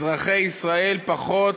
אזרחי ישראל פחות,